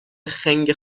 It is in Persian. خنگ